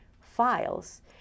files